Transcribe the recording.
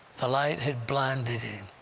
the light had blinded him,